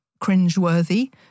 cringeworthy